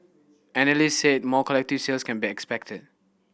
analyst said more collective sales can be expected